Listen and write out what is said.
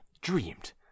dreamed